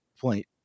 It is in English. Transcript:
point